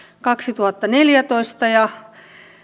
kaksituhattaneljätoista ja